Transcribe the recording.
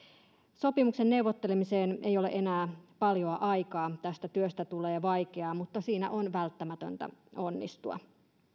sopimuksen neuvottelemiseen ei ole enää paljoa aikaa tästä työstä tulee vaikeaa mutta siinä on välttämätöntä onnistua